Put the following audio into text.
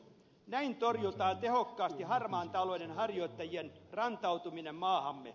näin torjutaan tehokkaasti harmaan talouden harjoittajien rantautuminen maahamme